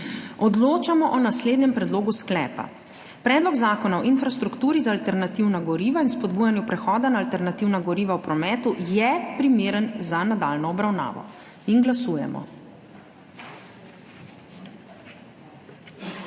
Odločamo o naslednjem predlogu sklepa: Predlog zakona o infrastrukturi za alternativna goriva in spodbujanju prehoda na alternativna goriva v prometu je primeren za nadaljnjo obravnavo. Glasujemo.